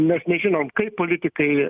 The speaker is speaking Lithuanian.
mes nežinom kaip politikai